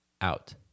out